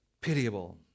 pitiable